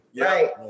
Right